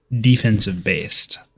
defensive-based